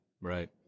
Right